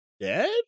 dead